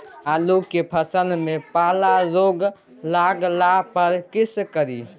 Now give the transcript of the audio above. आलू के फसल मे पाला रोग लागला पर कीशकरि?